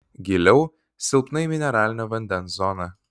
giliau silpnai mineralinio vandens zona